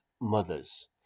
mothers